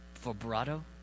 Vibrato